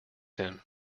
him